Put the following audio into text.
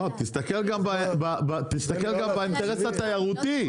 תסתכל גם באינטרס התיירותי.